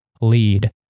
lead